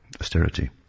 austerity